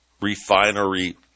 refinery